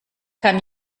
kann